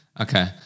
Okay